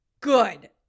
good